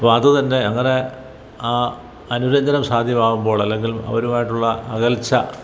അപ്പോൾ അതുതന്നെ അങ്ങനെ ആ അനുരഞ്ജനം സാധ്യമാവുമ്പോൾ അല്ലെങ്കിൽ അവരുമായിട്ടുള്ള അകൽച്ച